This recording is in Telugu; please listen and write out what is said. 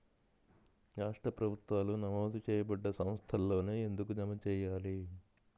రాష్ట్ర ప్రభుత్వాలు నమోదు చేయబడ్డ సంస్థలలోనే ఎందుకు జమ చెయ్యాలి?